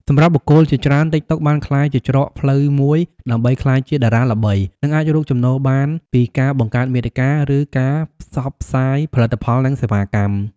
សម្រាប់បុគ្គលជាច្រើន ទីកតុកបានក្លាយជាច្រកផ្លូវមួយដើម្បីក្លាយជាតារាល្បី និងអាចរកចំណូលបានពីការបង្កើតមាតិកា ឬការផ្សព្វផ្សាយផលិតផល និងសេវាកម្ម។